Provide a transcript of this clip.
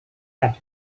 pat